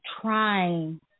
trying